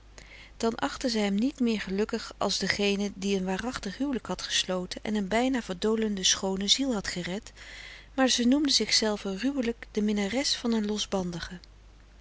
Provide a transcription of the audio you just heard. dan achtte zij zich niet meer gelukkig als degene die een waarachtig huwelijk had gesloten en een bijna verdolende schoone ziel had gered maar ze noemde zichzelve ruwelijk de minnares van een losbandige